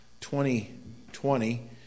2020